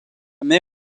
met